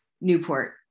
Newport